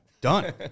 Done